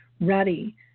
ready